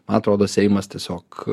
man atrodo seimas tiesiog